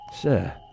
Sir